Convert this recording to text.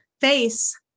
face